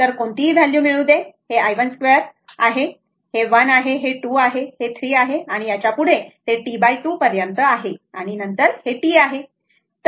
तर कोणतीही व्हॅल्यू मिळू दे हे i12 आहे हे I2 आहे हे 1 आहे हे 2 आहे हे 3 आहे याच्या पुढे ते T2 पर्यंत आहे आणि हे T आहे बरोबर